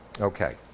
Okay